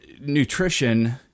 nutrition